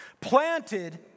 Planted